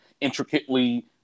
intricately